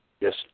Yes